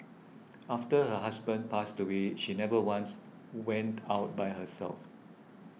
after her husband passed away she never once went out by herself